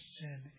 sin